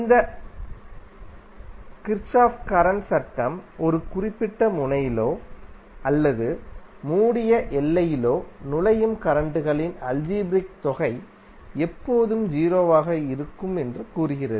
இந்த கிர்ச்சோஃப்பின் கரண்ட் சட்டம் ஒரு குறிப்பிட்ட முனையிலோ அல்லது மூடிய எல்லையிலோ நுழையும் கரண்ட் களின் அல்ஜீப்ரிக் தொகை எப்போதும் 0 ஆக இருக்கும் என்று கூறுகிறது